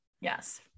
yes